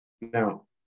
Now